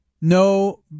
No